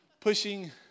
pushing